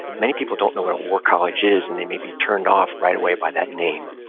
many people don't know what a war college is, and they may be turned off right away by that name.